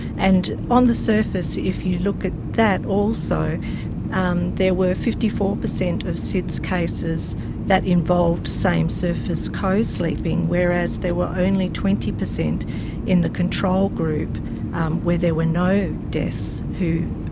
and on the surface if you look at that also um there were fifty four percent of sids cases that involved same surface co-sleeping, whereas there were only twenty percent in the control group where there were no deaths who